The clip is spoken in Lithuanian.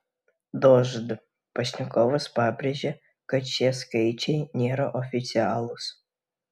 dožd pašnekovas pabrėžė kad šie skaičiai nėra oficialūs